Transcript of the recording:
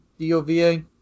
DOVA